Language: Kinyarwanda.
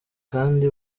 kandi